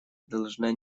должна